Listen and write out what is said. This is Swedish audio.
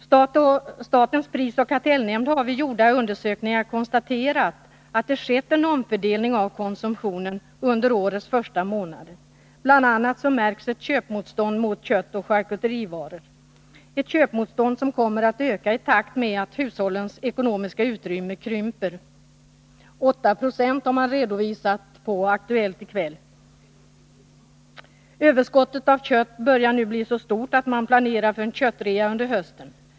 Statens prisoch kartellnämnd har vid gjorda undersökningar konstaterat att det skett en omfördelning av konsumtionen under årets första månader. Bl. a. märks ett köpmotstånd mot kött och charkuterivaror. Det är ett köpmotstånd som kommer att öka i takt med att hushållens ekonomiska utrymme krymper — 8 0 enligt vad som redovisats i Aktuellt i kväll. Överskottet av kött börjar nu bli så stort att man planerar för en köttrea under hösten.